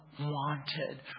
wanted